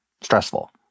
stressful